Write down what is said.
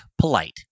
Polite